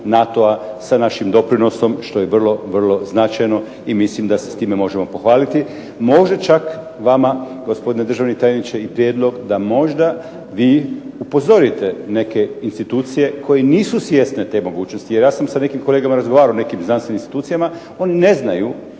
NATO-a sa našim doprinosom što je vrlo značajno i mislim da se s time možemo pohvaliti. Može čak vama gospodine državni tajniče i prijedlog da možda vi upozorite neke institucije koje nisu svjesne te mogućnosti, jer ja sam sa nekim kolegama razgovarao sa nekim znanstvenim institucijama oni ne znaju